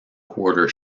quarter